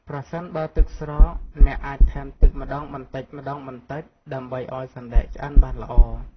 ប្រសិនបើទឹកស្រក អ្នកអាចថែមទឹកម្ដងបន្តិចៗ ដើម្បីឱ្យសណ្ដែកឆ្អិនបានល្អ។